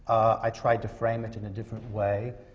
i tried to frame it in a different way,